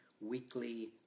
weekly